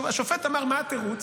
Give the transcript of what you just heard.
השופט אמר, מה התירוץ?